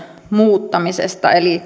muuttamisesta eli